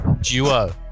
duo